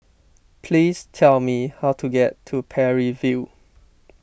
please tell me how to get to Parry View